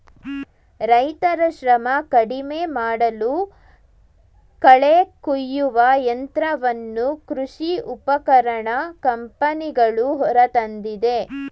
ರೈತರ ಶ್ರಮ ಕಡಿಮೆಮಾಡಲು ಕಳೆ ಕುಯ್ಯುವ ಯಂತ್ರವನ್ನು ಕೃಷಿ ಉಪಕರಣ ಕಂಪನಿಗಳು ಹೊರತಂದಿದೆ